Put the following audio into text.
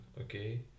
okay